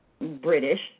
British